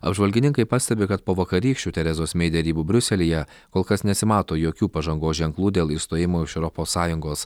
apžvalgininkai pastebi kad po vakarykščių terezos mei derybų briuselyje kol kas nesimato jokių pažangos ženklų dėl išstojimo iš europos sąjungos